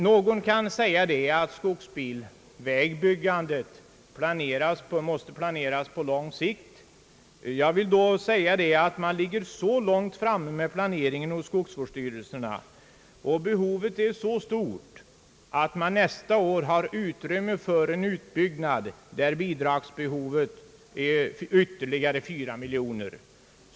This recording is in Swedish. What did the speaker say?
Det kan sägas att byggandet av skogsbilvägar planeras och måste planeras på lång sikt. Jag vill då framhålla att skogsvårdsstyrelserna ligger så långt framme med planeringen och att behovet är så stort, att man nästa år har utrymme för en utbyggnad som motsvarar ett bidragsbehov på ytterligare 4 miljoner kronor.